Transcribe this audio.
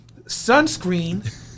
sunscreen